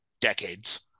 decades